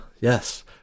yes